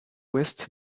ouest